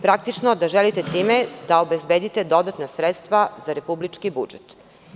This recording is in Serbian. Praktično, time želite da obezbedite dodatna sredstva za republički budžet.